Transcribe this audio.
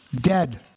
dead